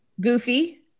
Goofy